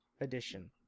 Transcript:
edition